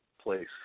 place